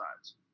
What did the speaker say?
sides